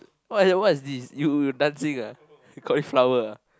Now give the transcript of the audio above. what what is this you dancing ah cauliflower ah